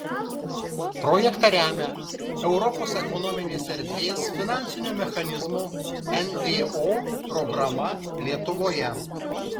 projektą remia europos ekonominės erdvės finansinio mechanizmo nvo programa lietuvoje